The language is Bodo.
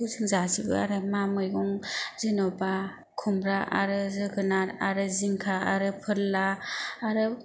बेफोरखौ जों जाजोबो आरो मा मैगं जेनेबा खुमब्रा आरो जोगोनार आरो जिंखा आरो फोरला आरो